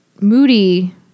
Moody